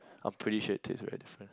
I'm pretty sure it tastes very different